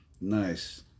Nice